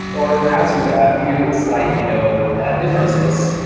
or perhaps with a few slight you know differences,